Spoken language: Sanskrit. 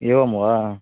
एवं वा